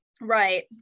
right